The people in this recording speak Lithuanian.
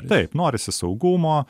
taip norisi saugumo